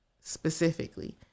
specifically